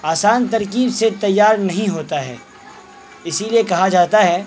آسان ترکیب سے تیار نہیں ہوتا ہے اسی لیے کہا جاتا ہے